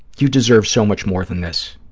you deserve so much more than this.